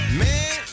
man